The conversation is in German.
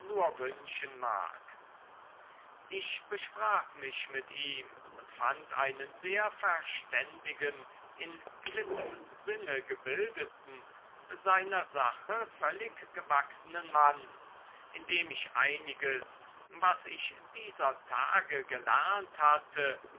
nur wünschen mag ich besprach mich mit ihm und fand einen sehr verständigen in gewissem sinne gebildeten seiner sache völlig gewachsenen mann indem ich einiges was ich dieser tage gelernt hatte